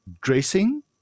dressing